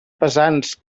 pesants